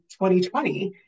2020